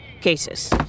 cases